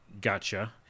Gotcha